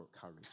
courage